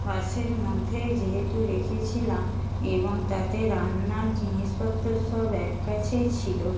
বাসের মধ্যে যেহেতু রেখেছিলাম এবং তাতে রান্নার জিনিসপত্র সব এক কাছেই ছিল